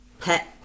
pet